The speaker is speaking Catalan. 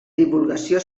divulgació